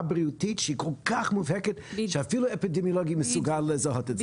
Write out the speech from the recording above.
בריאותית שהיא כל כך מובהקת שאפילו אפידמיולוג מסוגל לזהות את זה.